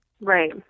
Right